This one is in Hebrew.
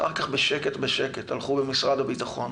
אחר כך בשקט-בשקט הלכו במשרד הביטחון